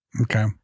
Okay